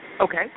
Okay